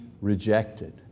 rejected